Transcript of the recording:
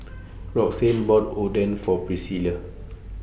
Roxane bought Oden For Priscilla